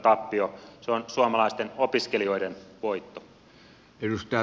se on suomalaisten opiskelijoiden voitto